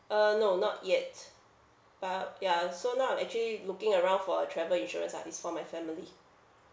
uh no not yet but ya so now I'm actually looking around for a travel insurance ah it's for my family